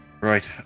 Right